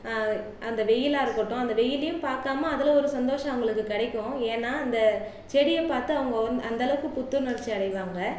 அந்த வெயிலாக இருக்கட்டும் அந்த வெயிலையும் பாக்காமல் அதில் ஒரு சந்தோஷம் அவர்களுக்கு கிடைக்கும் ஏன்னா அந்த செடியை பார்த்து அவங்க வந் அந்த அளவுக்கு புத்துணர்ச்சி அடைவாங்க